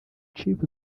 chief